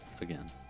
again